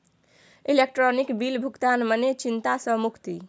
electronic bill भुगतान मने चिंता सँ मुक्ति